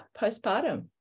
postpartum